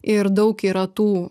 ir daug yra tų